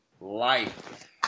life